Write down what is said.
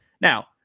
Now